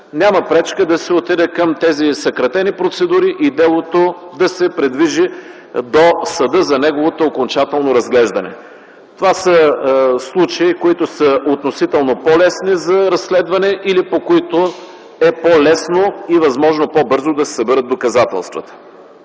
няма пречка да се отиде към тези съкратени процедури и делото да се придвижи до съда за неговото окончателно разглеждане. Това са случаи, които са относително по-лесни за разследване, или по които е по-лесно и възможно по-бързо да се съберат доказателствата.